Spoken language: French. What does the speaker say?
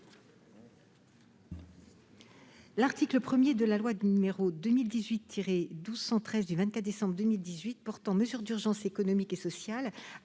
L'article 1 de la loi n° 2018-1213 du 24 décembre 2018 portant mesures d'urgence économiques et sociales